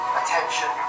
attention